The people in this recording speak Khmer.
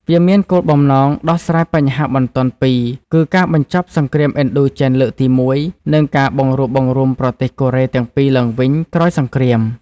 វាមានគោលបំណងដោះស្រាយបញ្ហាបន្ទាន់ពីរគឺ ការបញ្ចប់សង្គ្រាមឥណ្ឌូចិនលើកទី១ និងការបង្រួបបង្រួមប្រទេសកូរ៉េទាំងពីរឡើងវិញក្រោយសង្គ្រាម។